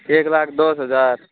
एक लाख दस हजार